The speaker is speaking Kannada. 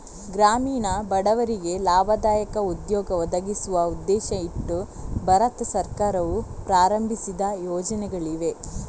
ಗ್ರಾಮೀಣ ಬಡವರಿಗೆ ಲಾಭದಾಯಕ ಉದ್ಯೋಗ ಒದಗಿಸುವ ಉದ್ದೇಶ ಇಟ್ಟು ಭಾರತ ಸರ್ಕಾರವು ಪ್ರಾರಂಭಿಸಿದ ಯೋಜನೆಗಳಿವೆ